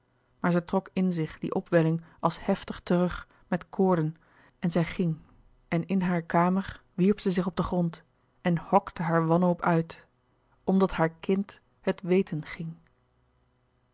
maar zij trok in zich die opwelling als heftig terug met koorden en zij ging en in hare kamer wierp zij zich op den grond en hokte haar wanhoop uit omdat haar kind het weten ging